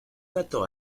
dato